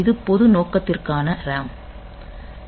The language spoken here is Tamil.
இது பொது நோக்கத்திற்கான RAM